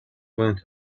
went